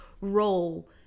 role